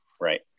right